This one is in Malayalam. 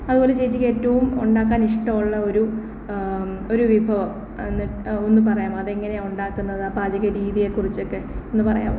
അതുപോലെ ചേച്ചിക്ക് ഏറ്റവും ഉണ്ടാക്കാനിഷ്ടമുള്ള ഒരു ഒരു വിഭവം ഒന്ന് പറയാമോ അതെങ്ങനെയാണ് ഉണ്ടാക്കുന്നത് ആ പാചക രീതിയേക്കുറിച്ചൊക്കെ ഒന്ന് പറയാമോ